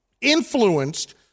influenced